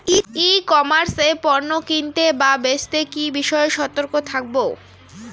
ই commerce এ পণ্য কিনতে বা বেচতে কি বিষয়ে সতর্ক থাকব?